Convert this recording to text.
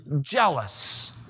jealous